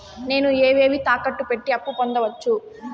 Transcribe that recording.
నేను ఏవేవి తాకట్టు పెట్టి అప్పు పొందవచ్చు?